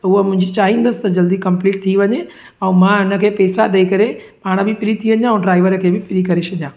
त उहो मुंहिंजी चाहींदसि त जल्दी कंप्लीट थी वञे ऐं मां हिन खे पैसा ॾेई करे पाण बि फ्री थी वञा ऐं ड्राइवर खे बि फ्री करे छॾियां